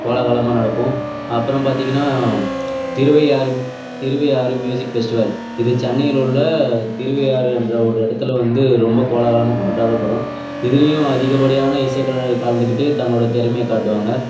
கோலாகலமாக நடக்கும் அப்புறம் பார்த்தீங்கனா திருவையாறு திருவையாறு மியூசிக் ஃபெஸ்டிவல் இது சென்னையிலுள்ள திருவையாறு என்ற ஒரு இடத்துல வந்து ரொம்ப கோலாகலமாக கொண்டாடப்படும் இதுலேயும் அதிகப்படியான இசை கலைஞர்கள் கலந்துக்கிட்டு தங்களுடைய திறமையை காட்டுவாங்க